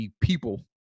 people